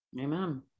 Amen